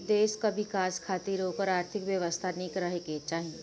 देस कअ विकास खातिर ओकर आर्थिक व्यवस्था निक रहे के चाही